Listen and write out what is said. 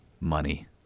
money